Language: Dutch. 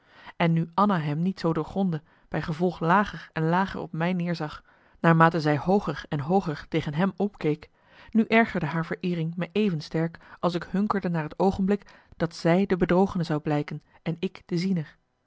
en nu anna hem niet zoo doorgrondde bij gevolg lager en lager op mij neerzag naarmate zij hooger en hooger tegen hem opkeek nu ergerde haar vereering me even sterk als ik hunkerde naar het oogenblik dat zij de bedrogene zou blijken en ik de ziener